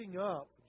up